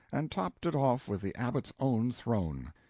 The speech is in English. and topped it off with the abbot's own throne.